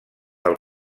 del